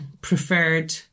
preferred